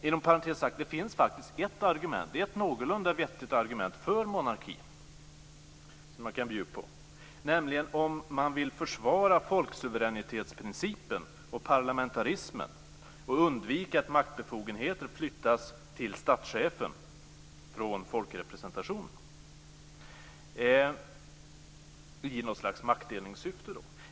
Inom parentes sagt finns det faktiskt ett någorlunda vettigt argument för monarki som jag kan bjuda på, nämligen om man vill försvara folksuveränitetsprincipen och parlamentarismen och undvika att maktbefogenheter flyttas till statschefen från folkrepresentationen i något slags maktdelningssyfte.